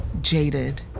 jaded